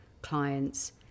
clients